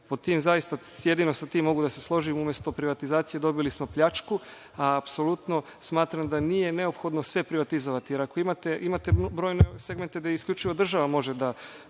privatizaciju. Jedino sa tim mogu da se složim. Umesto privatizacije, dobili smo pljačku. A apsolutno smatram da nije neophodno sve privatizovati, jer ako imate brojne ove segmente gde isključivo država može da